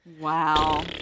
wow